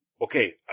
Okay